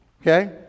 okay